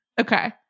Okay